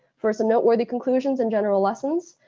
for some noteworthy conclusions and general lessons,